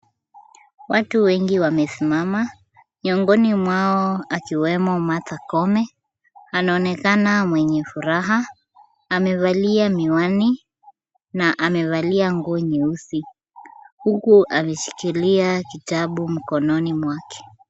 Watu wengi wamesimama. Miongoni mwao akiwemo Martha Koome. Anaonekana mwenye furaha. Amevalia miwani na amevalia nguo nyeusi, huku ameshikilia kitabu mkononi mwake.